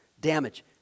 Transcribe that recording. damage